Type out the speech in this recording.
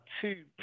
two